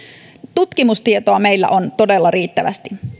tutkimustietoa meillä on todella riittävästi